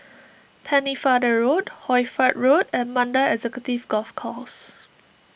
Pennefather Road Hoy Fatt Road and Mandai Executive Golf Course